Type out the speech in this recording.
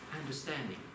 understanding